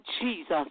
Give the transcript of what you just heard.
Jesus